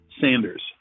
Sanders